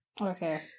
okay